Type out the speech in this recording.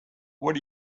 what